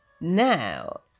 now